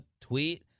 tweet